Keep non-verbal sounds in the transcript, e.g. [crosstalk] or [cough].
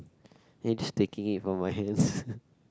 then you just taking it from my hands [noise]